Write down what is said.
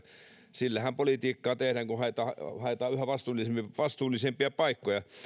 sillähän politiikkaa tehdään kun haetaan yhä vastuullisempia paikkoja